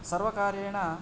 सर्वकारेण